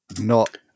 not-